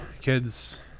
kids